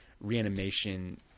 reanimation